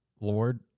Lord